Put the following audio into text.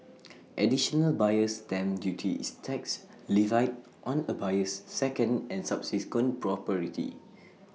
additional buyer's stamp duty is tax levied on A buyer's second and subsequent property